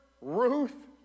Ruth